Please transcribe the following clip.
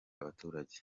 abaturage